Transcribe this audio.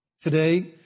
Today